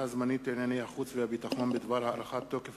הזמנית לענייני החוץ והביטחון בדבר הארכת תוקף